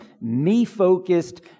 me-focused